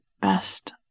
best